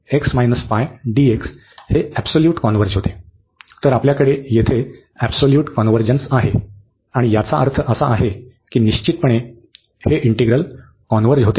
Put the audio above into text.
तर आपल्याकडे येथे ऍब्सल्यूट कॉन्व्हर्जन्स आहे आणि याचा अर्थ असा आहे की निश्चितपणे हे इंटिग्रल कॉन्व्हर्ज होते